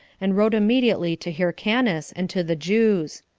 and wrote immediately to hyrcanus, and to the jews.